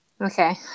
Okay